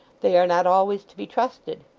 they are not always to be trusted.